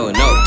no